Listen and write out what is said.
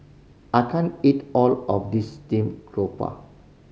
I can't eat all of this steamed garoupa